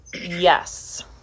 Yes